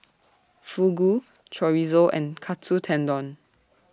Fugu Chorizo and Katsu Tendon